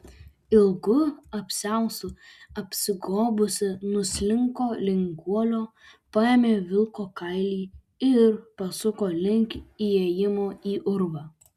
ilgu apsiaustu apsigobusi nuslinko link guolio paėmė vilko kailį ir pasuko link įėjimo į urvą